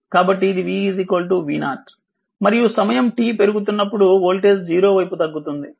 కాబట్టి ఇది v v0 మరియు సమయం t పెరుగుతున్నప్పుడు వోల్టేజ్ 0 వైపు తగ్గుతుంది